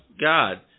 God